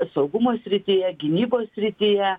saugumo srityje gynybos srityje